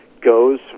goes